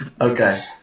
Okay